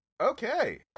Okay